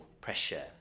pressure